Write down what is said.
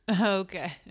okay